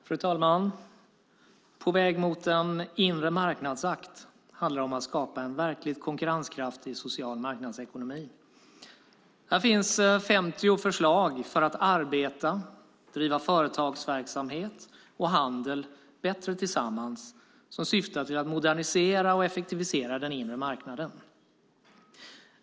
Fru talman! På väg mot en inre marknadsakt handlar om att skapa en verkligt konkurrenskraftig social marknadsekonomi. Här finns 50 förslag för att arbeta och driva företagsverksamhet bättre tillsammans, vilket syftar till att modernisera och effektivisera den inre marknaden.